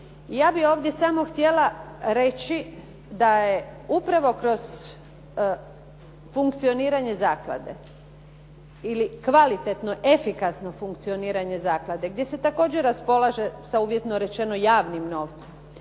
ja bih ovdje samo htjela reći da je upravo kroz funkcioniranje zaklade ili kvalitetno, efikasno funkcioniranje zaklade gdje se također raspolaže sa uvjetno rečeno javnim novcem